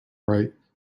right